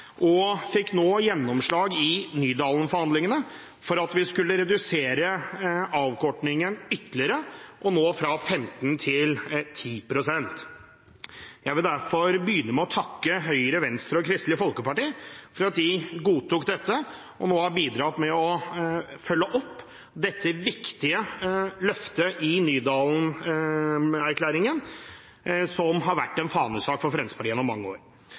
og fikk gjennomslag i Nydalen-forhandlingene for å redusere avkortningen ytterligere, fra 15 pst. til 10 pst. Jeg vil derfor begynne med å takke Høyre, Venstre og Kristelig Folkeparti for at de godtok dette, og for at de nå har bidratt med å følge opp dette viktige løftet i Nydalen-erklæringen, som har vært en fanesak for Fremskrittspartiet gjennom mange år.